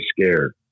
scared